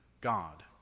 God